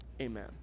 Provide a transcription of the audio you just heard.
amen